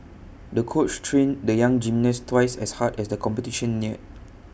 the coach trained the young gymnast twice as hard as the competition near